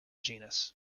genus